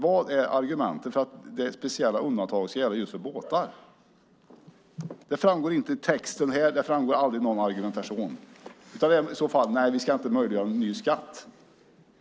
Vad är argumentet för att detta speciella undantag ska gälla just för båtar? Det framgår inte i texten här, och det framgår aldrig i någon argumentation. Det handlar i så fall om att vi inte ska möjliggöra någon ny skatt.